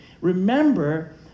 Remember